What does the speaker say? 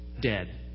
Dead